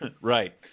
right